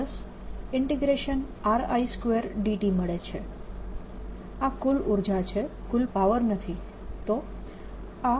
આ કુલ ઉર્જા છે કુલ પાવર નથી